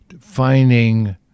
finding